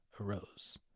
arose